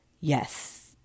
Yes